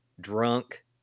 drunk